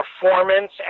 performance